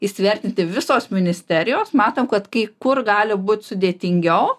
įsivertinti visos ministerijos matom kad kai kur gali būt sudėtingiau